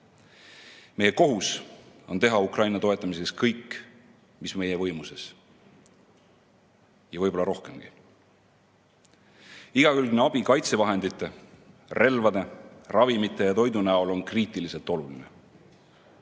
Meie kohus on teha Ukraina toetamiseks kõik, mis on meie võimuses, ja võib-olla rohkemgi. Igakülgne abi kaitsevahendite, relvade, ravimite ja toidu näol on kriitiliselt oluline.